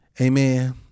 Amen